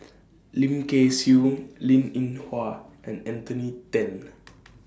Lim Kay Siu Linn in Hua and Anthony Then